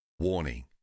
Warning